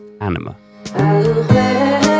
Anima